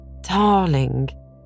darling